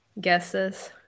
guesses